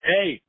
Hey